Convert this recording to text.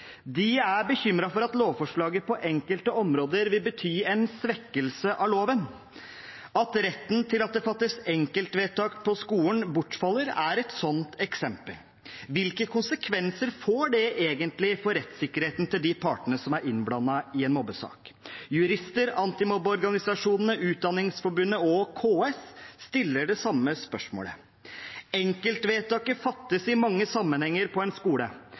De er bekymret for at lovforslaget på enkelte områder vil bety en svekkelse av loven. At retten til at det fattes enkeltvedtak på skolen bortfaller, er et sånt eksempel. Hvilke konsekvenser får det egentlig for rettssikkerheten til de partene som er innblandet i en mobbesak? Jurister, antimobbeorganisasjonene, Utdanningsforbundet og KS stiller det samme spørsmålet. Enkeltvedtak fattes i mange sammenhenger på en skole